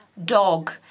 dog